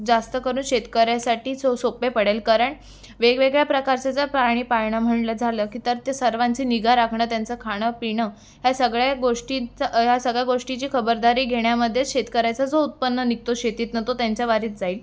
जास्तकरून शेतकऱ्यासाठी सो सोपे पडेल कारण वेगवेगळ्या प्रकारचे जर प्राणी पाळणं म्हणलं झालं की तर ते सर्वांची निगा राखणं त्यांचं खाणं पिणं ह्या सगळ्या गोष्टींचं ह्या सगळ्या गोष्टींची खबरदारी घेण्यामध्ये शेतकऱ्याचं जो उत्पन्न निघतो शेतीतनं तो त्यांच्या वाढीत जाईल